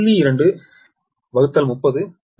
23025 அங்கு 0